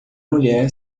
mulher